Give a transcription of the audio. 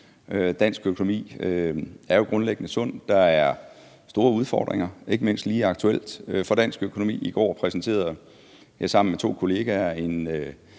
dansk økonomi er jo grundlæggende sund. Der er store udfordringer for dansk økonomi, ikke mindst lige aktuelt. I går præsenterede jeg sammen med to kollegaer en